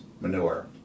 manure